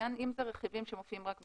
אם אלה רכיבים שמופיעים רק בתקנות,